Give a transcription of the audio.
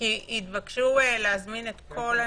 הם התבקשו להזמין את כל הנציגים.